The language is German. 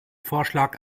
vorschlag